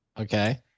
Okay